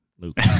Luke